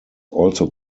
also